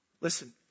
Listen